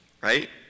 right